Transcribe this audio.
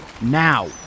Now